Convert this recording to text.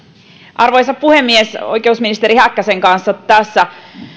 arvoisa puhemies oikeusministeri häkkäsen kanssa tässä